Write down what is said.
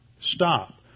stop